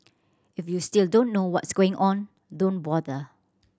if you still don't know what's going on don't bother